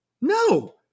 No